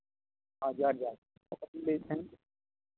ᱦᱮᱸ ᱡᱚᱦᱟᱨ ᱡᱚᱦᱟᱨ ᱚᱠᱚ ᱵᱤᱱ ᱞᱟᱹᱭᱮᱫ ᱛᱟᱦᱮᱸᱫ